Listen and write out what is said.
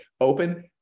open